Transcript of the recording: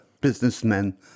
businessmen